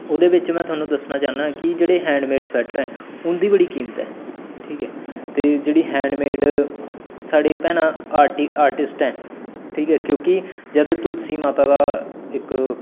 ओह्दे बिच में थाह्नूं दस्सना चाहन्नां की जेह्ड़े हैंडमेड स्वेटर ऐ उं'दी बड़ी कीमत ऐ ठीक ऐ ते जेह्ड़ी हैंडमेड साढ़ी भैनां आर्टी आर्टिस्ट ऐ ठीक ऐ क्योंकि जदूं तुलसी माता दा इक